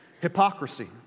hypocrisy